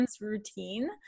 routine